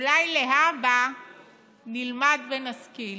אולי להבא נלמד ונשכיל.